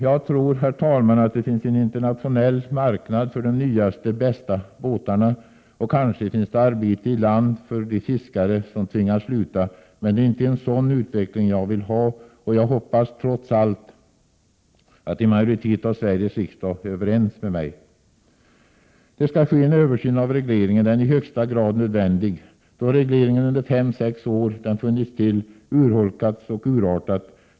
Jag tror, herr talman, att det finns en internationell marknad för de nyaste och bästa båtarna, och kanske finns det arbete i land för de fiskare som tvingas sluta. Men det är inte en sådan utveckling jag vill ha, och jag hoppas trots allt att en majoritet av Sveriges riksdag är överens med mig. Det skall ske en översyn av regleringen. Det är i högsta grad nödvändigt, då regleringen under de fem sex år den funnits till har urholkade och urartat.